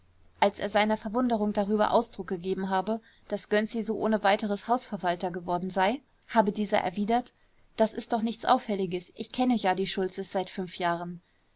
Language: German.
als er seiner verwunderung darüber ausdruck gegeben habe daß gönczi so ohne weiteres hausverwalter geworden sei habe dieser erwidert das ist doch nichts auffälliges ich kenne ja die schultzes seit jahren